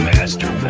Master